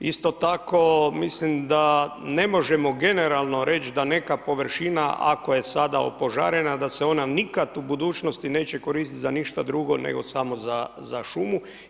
Isto tako, mislim da ne možemo generalno reći, da neka površina, ako je sada opožarena da se ona nikada u budućnosti neće koristiti za ništa drugo, nego samo za šumu.